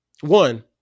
one